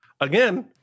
Again